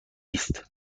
است